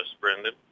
Brendan